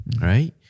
right